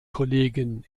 kollegen